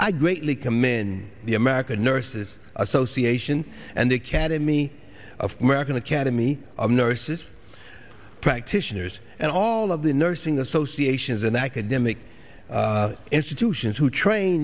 i greatly commend the american nurses association and the academy of american academy of nurses practitioners and all of the nursing associations and academic institutions who train